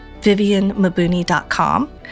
vivianmabuni.com